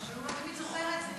אבל הוא לא תמיד זוכר את זה.